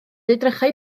edrychai